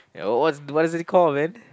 oh what what is it called man